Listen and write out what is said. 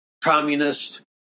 communist